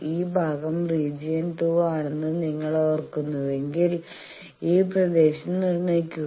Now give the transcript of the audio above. ഈ ഭാഗം റീജിയൻ 2 ആണെന്ന് നിങ്ങൾ ഓർക്കുന്നുവെങ്കിൽ ഈ പ്രദേശം നിർണ്ണയിക്കുക